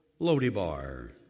Lodibar